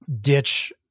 ditch